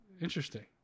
Interesting